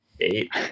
Eight